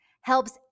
helps